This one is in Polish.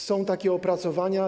Są takie opracowania.